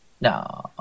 No